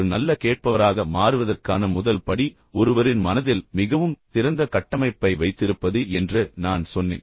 ஒரு நல்ல கேட்பவராக மாறுவதற்கான முதல் படி ஒருவரின் மனதில் மிகவும் திறந்த கட்டமைப்பை வைத்திருப்பது என்று நான் சொன்னேன்